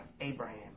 Abraham